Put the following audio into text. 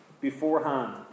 beforehand